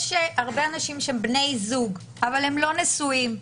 יש הרבה אנשים שהם בני זוג אבל הם לא נשואים,